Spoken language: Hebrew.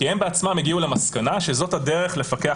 כי הם בעצמם הגיעו למסקנה שזאת הדרך לפקח